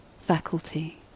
faculty